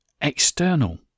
external